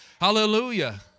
Hallelujah